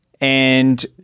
And-